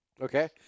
Okay